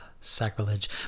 sacrilege